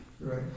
right